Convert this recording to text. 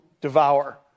devour